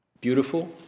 beautiful